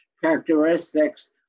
characteristics